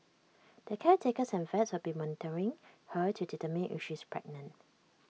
the caretakers and vets will be monitoring her to determine if she is pregnant